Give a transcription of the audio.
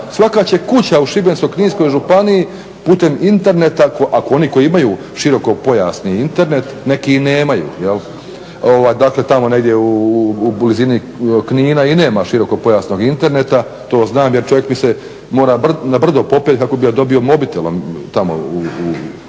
svaka će kuća u Šibensko-kninskoj županiji putem interneta ako oni koji imaju širokopojasni Internet, neki i nemaju dakle tamo negdje u blizini Knina i nema širokopojasnog interneta. To znam jer čovjek mi se mora na brdo popeti kao bi dobio mobitelom tamo u Strmici.